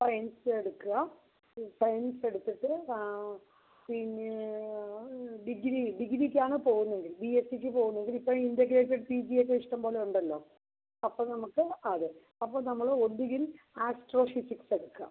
science എടുക്കുക science എടുത്തിട്ട് ആ പിന്നെ ഡിഗ്രി ഡിഗ്രിക്കാണ് പോവുന്നതെങ്കിൽ ബി എസ് സിക്ക് പോവുന്നതെങ്കിൽ ഇപ്പോൾ ഇൻ്റഗ്രേറ്റഡ് പി ജി ഒക്കെ ഇഷ്ടം പോലെ ഉണ്ടല്ലോ അപ്പം നമുക്ക് അത് അപ്പോൾ നമ്മൾ ഒന്നുകിൽ ആസ്ട്രോഫിസിക്സ് എടുക്കാം